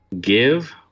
Give